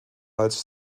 als